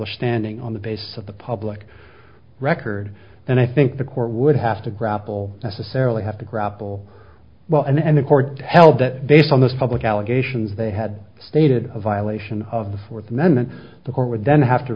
establish standing on the basis of the public record and i think the court would have to grapple necessarily have to grapple well and then the court held that based on this public allegations they had stated a violation of the fourth amendment the court would then have to